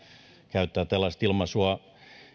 tällaista ilmaisua